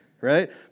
right